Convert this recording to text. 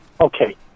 Okay